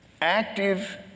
active